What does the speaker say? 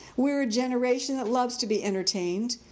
we're a generation that loves to be entertained.